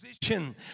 position